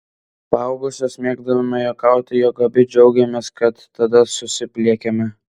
paaugusios mėgdavome juokauti jog abi džiaugiamės kad tada susipliekėme